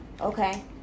Okay